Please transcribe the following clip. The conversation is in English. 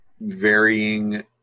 varying